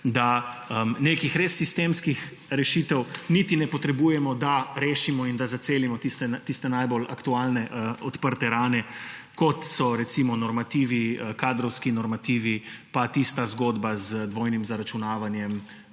da nekih res sistemskih rešitev niti ne potrebujemo, da rešimo in da zacelimo tiste najbolj aktualne odprte rane, kot so recimo kadrovski normativi pa tista zgodba z dvojnim zaračunavanjem